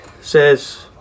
says